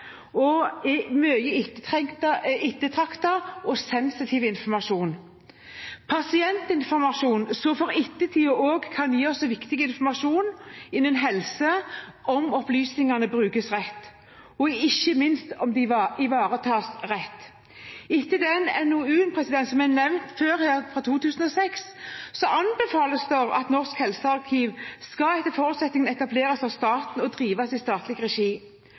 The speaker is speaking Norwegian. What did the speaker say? data og mye ettertraktet og sensitiv informasjon, pasientinformasjon som for ettertiden kan gi oss viktig informasjon innenfor helse – om opplysningene brukes rett, og ikke minst om de ivaretas riktig. Etter den NOU-en som er nevnt før her, fra 2006, anbefales det at «Norsk helsearkiv skal etter forutsetningen etableres av staten og drives i statlig regi.»